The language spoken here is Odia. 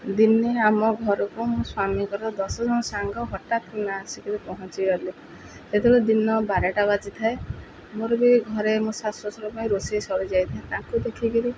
ଦିନେ ଆମ ଘରକୁ ମୋ ସ୍ୱାମୀଙ୍କର ଦଶଜଣ ସାଙ୍ଗ ହଠାତ କିନା ଆସିକରି ପହଞ୍ଚିଗଲି ସେତେବେଳେ ଦିନ ବାରଟା ବାଜିିଥାଏ ମୋର ବି ଘରେ ମୋ ଶାଶୁ ଶ୍ୱଶୁର ପାଇଁ ରୋଷେଇ ସରିଯାଇଥାଏ ତାଙ୍କୁ ଦେଖି କରି